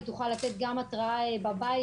היא תוכל לתת גם התראה בבית,